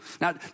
Now